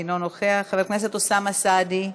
אינו נוכח, חבר הכנסת אוסאמה סעדי,